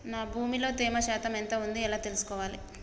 నా భూమి లో తేమ శాతం ఎంత ఉంది ఎలా తెలుసుకోవాలే?